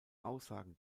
aussagen